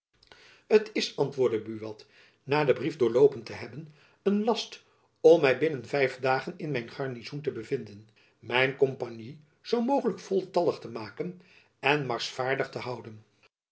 t is antwoordde buat na den briefdoorloopen te hebben een last om my binnen vijf dagen in mijn garnizoen te bevinden mijn kompagnie zoo mogelijk voltallig te maken en marschvaardig te houden